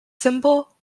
cymbal